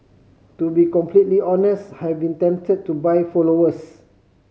to be completely honest have been tempted to buy followers